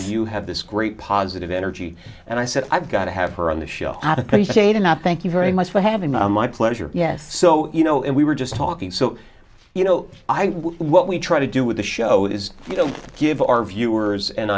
you have this great positive energy and i said i've got to have her on the show at the state and i thank you very much for having me on my pleasure yes so you know and we were just talking so you know i what we try to do with the show is you know give our viewers an